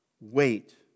wait